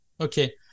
Okay